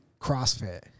CrossFit